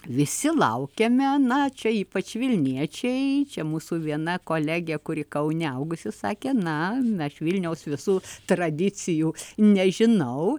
visi laukiame na čia ypač vilniečiai čia mūsų viena kolegė kuri kaune augusi sakė na aš vilniaus visų tradicijų nežinau